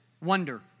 wonder